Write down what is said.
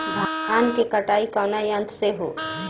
धान क कटाई कउना यंत्र से हो?